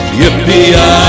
yippee